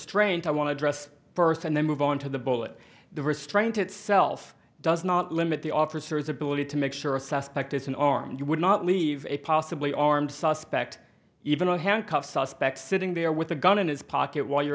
restraint i want to dress first and then move on to the bullet the restraint itself does not limit the officers ability to make sure a suspect is an armed you would not leave a possibly armed suspect even a handcuff suspect sitting there with a gun in his pocket while you're